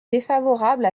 défavorable